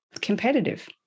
competitive